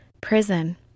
prison